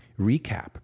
recap